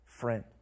friend